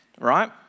right